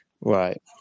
right